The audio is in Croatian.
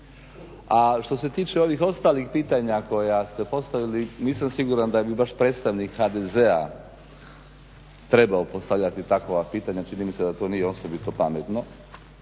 A što se tiče ovih ostalih pitanja koja ste postavili nisam siguran da bi baš predstavnik HDZ-a trebao postavljati takva pitanja, čini mi se da to nije osobito pametno.